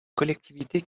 collectivités